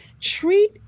treat